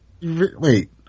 Wait